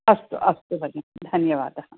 अस्तु अस्तु भगिनी धन्यवाद